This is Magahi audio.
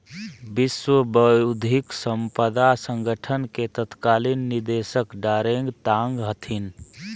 विश्व बौद्धिक साम्पदा संगठन के तत्कालीन निदेशक डारेंग तांग हथिन